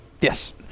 Yes